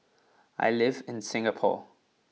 I live in Singapore